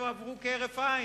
הן עברו כהרף עין,